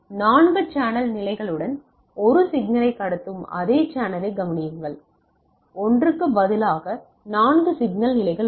நான்கு சேனல் நிலைகளுடன் ஒரு சிக்னலை கடத்தும் அதே சேனலைக் கவனியுங்கள் ஒன்றுக்கு பதிலாக நான்கு சிக்னல் நிலைகள் உள்ளன